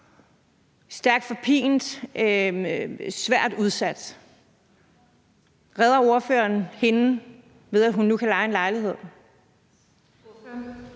stærkt forpint, svært udsat. Redder ordføreren hende, ved at hun nu kan leje en lejlighed?